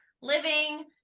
living